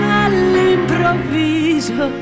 all'improvviso